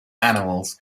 animals